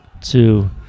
two